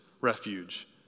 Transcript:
refuge